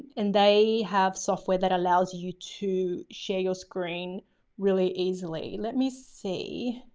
and they have software that allows you to share your screen really easily. let me see